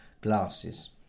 glasses